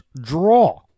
draw